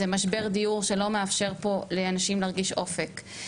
זה משבר דיור שלא מאפשר פה לאנשים להרגיש אופק,